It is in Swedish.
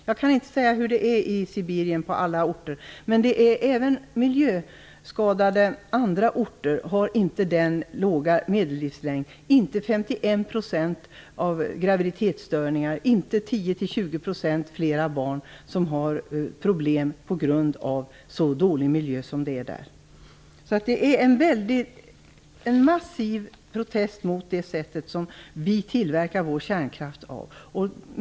Jag kan inte säga hur det är på alla orter i Sibirien. Men inte ens andra miljöskadade orter har samma låga medellivslängd, och inte heller 51 % graviditetsstörningar. Dessutom har inte 10-20 % av barnen där problem på grund av den dåliga miljön. Det är en massiv protest mot det sätt på vilket vi tillverkar vår kärnkraft.